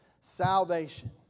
salvation